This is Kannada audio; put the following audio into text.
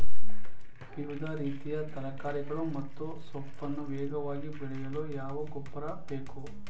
ವಿವಿಧ ರೀತಿಯ ತರಕಾರಿಗಳು ಮತ್ತು ಸೊಪ್ಪನ್ನು ವೇಗವಾಗಿ ಬೆಳೆಯಲು ಯಾವ ಗೊಬ್ಬರ ಬೇಕು?